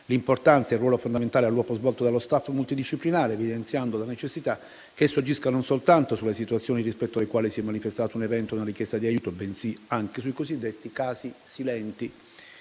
l'importanza del ruolo fondamentale all'uopo svolto dallo *staff* multidisciplinare, evidenziando la necessità che agisca non soltanto sulle situazioni rispetto alle quali si sono manifestati un evento o una richiesta di aiuto, bensì anche sui cosiddetti casi silenti,